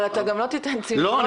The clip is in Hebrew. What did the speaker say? אבל אתה גם לא תיתן ציונים,